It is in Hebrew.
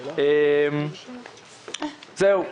זהו.